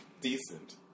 decent